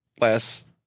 last